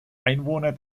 einwohner